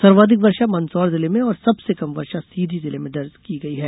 सर्वाधिक वर्षा मंदसौर जिले में और सबसे कम वर्षा सीधी जिले में दर्ज की गई है